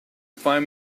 find